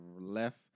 left